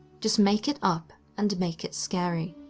just make it up and make it scary